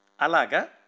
Alaga